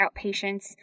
outpatients